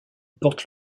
porte